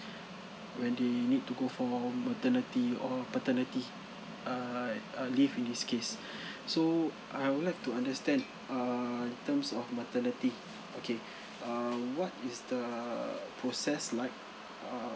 when they need to go for maternity or paternity err uh leave in this case so I would like to understand err in terms of maternity okay err what is the process like err